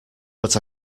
but